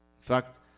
fact